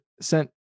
sent